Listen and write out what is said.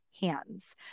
hands